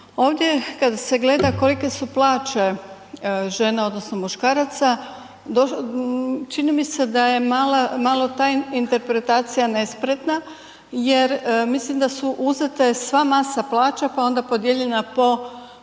Ovdje kad se gleda kolike su plaće žena odnosno muškaraca, čini mi se da je malo ta interpretacija nespretna jer mislim da su uzete sva masa plaća pa onda podijeljena po spolu